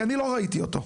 כי אני לא ראיתי אותו.